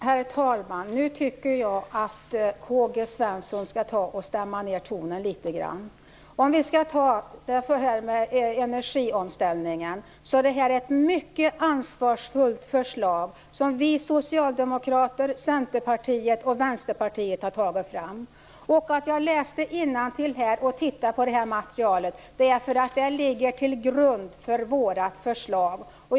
Herr talman! Nu tycker jag att Karl-Gösta Svenson skall stämma ned tonen litet grand. Förslaget om energiomställningen är mycket ansvarsfullt som vi socialdemokrater, Centerpartiet och Vänsterpartiet har tagit fram. Jag läste innantill i detta material därför att det ligger till grund för vårt förslag.